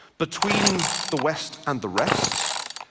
between the west and the rest,